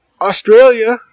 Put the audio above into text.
Australia